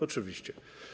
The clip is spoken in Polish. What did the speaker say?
Oczywiście.